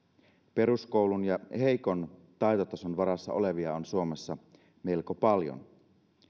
peruskoulun ja heikon taitotason varassa olevia on suomessa melko paljon